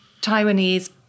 Taiwanese